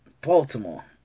Baltimore